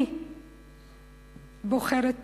אני בוחרת תקווה,